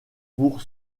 pour